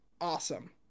awesome